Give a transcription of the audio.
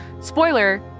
Spoiler